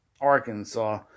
Arkansas